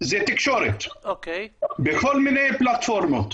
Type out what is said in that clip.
זה תקשורת בכל מיני פלטפורמות.